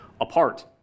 apart